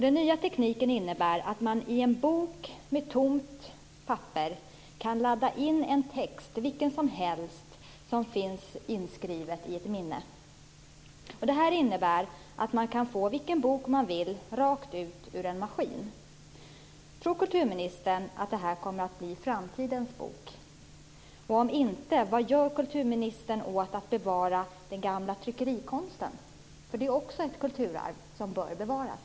Den nya tekniken innebär att man kan ladda en bok med tomt papper med vilken text som helst som finns inskriven i ett minne. Det innebär att man kan få vilken bok man vill rakt ut ur en maskin. Tror kulturministern att det här kommer att bli framtidens bok? Om inte, vad gör kulturministern åt att bevara den gamla tryckerikonsten? Det är också ett kulturarv som bör bevaras.